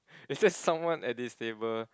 is there someone at this table